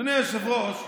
אדוני היושב-ראש,